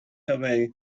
away